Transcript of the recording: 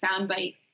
soundbite